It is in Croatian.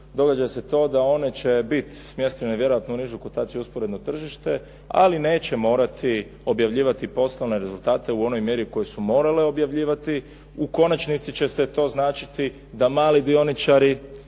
događa se to da one će biti smještene vjerojatno u nižu kotaciju usporedno tržište, ali neće morati objavljivati poslovne rezultate u onoj mjeri u kojoj su morale objavljivati. U konačnici će se to značiti da mali dioničari